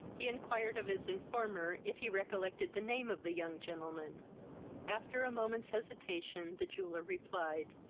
he inquired of his informer if he recollected the name of the young gentleman after a moment's hesitation, the jeweller replied,